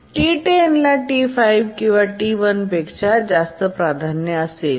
T10 ला T5 किंवा T1पेक्षा जास्त प्राधान्य असेल